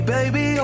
Baby